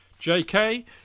JK